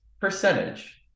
percentage